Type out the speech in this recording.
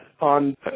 on